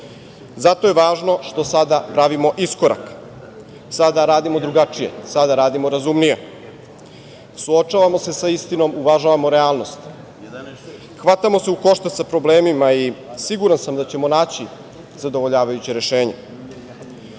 je važno što sada pravimo iskorak. Sada radimo drugačije, sada radimo razumnije. Suočavamo se sa istinom, uvažavamo realnost. Hvatamo se u koštac sa problemima i siguran sam da ćemo naći zadovoljavajuće rešenje. Kada